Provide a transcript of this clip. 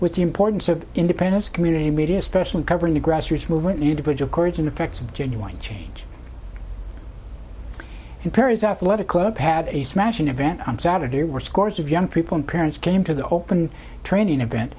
with the importance of independence community media especially covering the grassroots movement need to put your courage in effects of genuine change in paris athletic club had a smashing event on saturday where scores of young people and parents came to the open training event